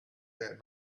that